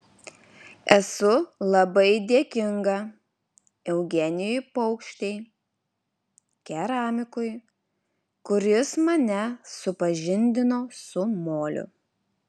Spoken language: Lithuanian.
esu labai dėkinga eugenijui paukštei keramikui kuris mane supažindino su moliu